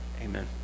Amen